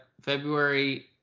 February